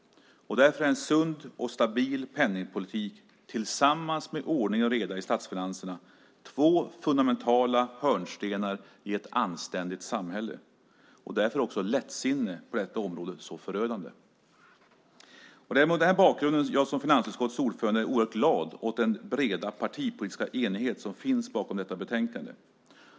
Därför är en sund och stabil penningpolitik tillsammans med ordning och reda i statsfinanserna två fundamentala hörnstenar i ett anständigt samhälle. Därför är också lättsinne på detta område så förödande. Mot denna bakgrund är jag som finansutskottets ordförande oerhört glad åt den breda partipolitiska enighet som finns bakom detta betänkande.